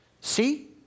See